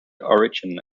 origin